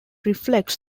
reflects